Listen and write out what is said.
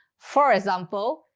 for example,